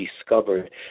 discovered